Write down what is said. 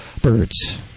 Birds